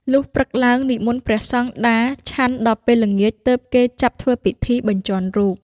លុះព្រឹកឡើងនិមន្តព្រះសង្ឃដារ ឆាន់ ដល់ពេលល្ងាច ទើបគេចាប់ធ្វើពិធីបញ្ជាន់រូប ។